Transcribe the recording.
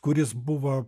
kuris buvo